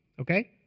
Okay